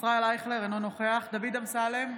ישראל אייכלר, אינו נוכח דוד אמסלם,